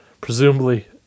presumably